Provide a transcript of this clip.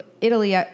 Italy